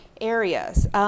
areas